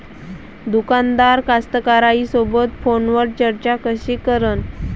दुकानदार कास्तकाराइसोबत फोनवर चर्चा कशी करन?